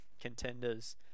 contenders